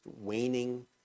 waning